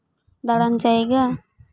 ᱫᱟᱬᱟᱱ ᱡᱟᱭᱜᱟ